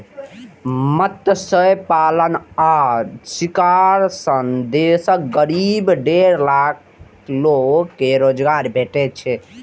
मत्स्य पालन आ शिकार सं देशक करीब डेढ़ करोड़ लोग कें रोजगार भेटै छै